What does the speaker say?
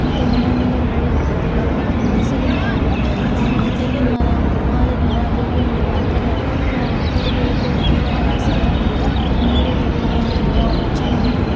ಮತ್ತು ಮನೆ ಮುಂದೆ ನೆರಳು ಇರ್ತದೆ ಅವು ಬಿಸಿಲಿನ ಕಾಲ ಅಲ್ಲ ತೆಂಗಿನ ಮರ ಆಲದ ಮರ ಬೇವಿನ ಮರ ಆ ಥರ ಗಿಡಗಳಿದ್ರೆ ತುಂಬ ಗಾಳಿ ಸಿಗ್ತದೆ ನಮಗೆ ನೆರಳು ಇರ್ತದೆ ಮನೆ ಮುಂದೆ ಚೆನ್ನಾಗಿ